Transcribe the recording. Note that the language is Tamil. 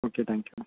okay thank Yuma